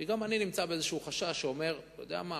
כי גם לי יש חשש כלשהו שאומר: אתה יודע מה?